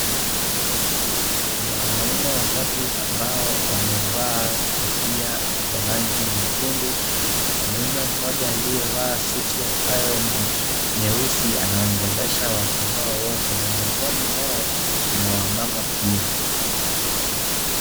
Kuna wanaume watatu ambao wamevaa kofia za rangi nyekundu, mwanaume mmoja aliyevaa suti ambayo ni nyeusi anaongelesha watu hao wote na miongoni mwao kuna wamama pia.